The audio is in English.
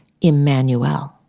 Emmanuel